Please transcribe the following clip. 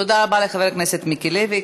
תודה רבה לחבר הכנסת מיקי לוי.